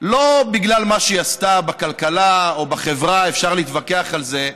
לא בגלל מה שהיא עשתה בכלכלה או בחברה אפשר להתווכח על זה,